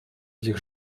этих